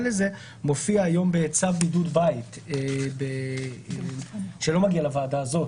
לזה מופיע היום בצו בידוד בית שלא מגיע לוועדה הזאת,